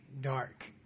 dark